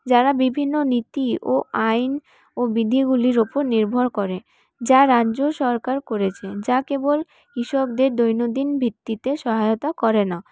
যারা বিভিন্ন নীতি ও আইন ও বিধিগুলির ওপর নির্ভর করে যা রাজ্য সরকার করেছে যা কেবল কৃষকদের দৈনন্দিন ভিত্তিতে সহায়তা করে না